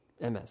MS